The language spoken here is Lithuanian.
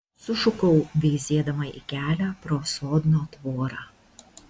sušukau veizėdama į kelią pro sodno tvorą